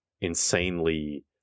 insanely